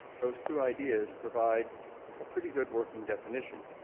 those two ideas provide a pretty good working definition.